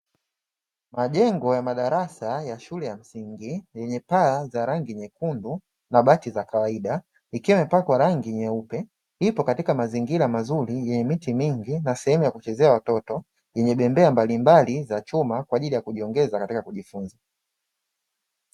Majengo ya madarasa ya shule ya msingi yenye paa za rangi nyekundu na bati za kawaida, ikiwa imepakwa rangi nyeupe. Ipo katika mazingira mazuri yenye miti mingi na sehemu ya kuchezea watoto yenye bembea mbalimbali za chuma kwa ajili ya kujiongezea katika kujifunza.